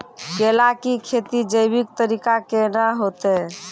केला की खेती जैविक तरीका के ना होते?